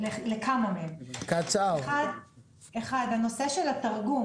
אני רוצה לחזור לנושא של התרגום,